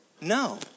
No